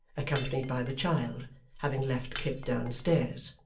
accompanied by the child having left kit downstairs.